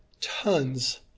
tons